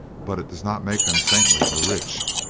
but it does not make them saintly or rich.